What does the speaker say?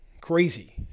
crazy